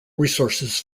resources